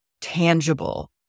tangible